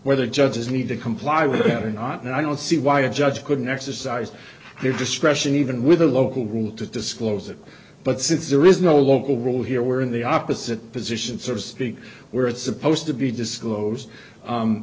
whether judges need to comply with them or not and i don't see why a judge couldn't exercise their discretion even with a local rule to disclose it but since there is no local rule here we're in the opposite position sort of thing where it's supposed to be disclose